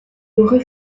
aurait